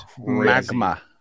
magma